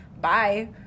bye